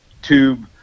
Tube